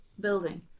building